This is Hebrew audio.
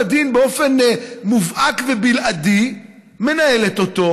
הדין באופן מובהק ובלעדי מנהלת אותו,